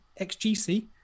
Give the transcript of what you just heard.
XGC